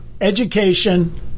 education